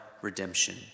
redemption